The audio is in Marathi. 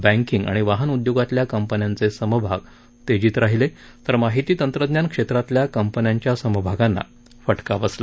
बँकिंग आणि वाहन उद्योगातल्या कंपन्यांचे समभाग तेजीत राहिले तर माहिती तंत्रज्ञान क्षेत्रातल्या कंपन्यांच्या समभागांना फटका बसला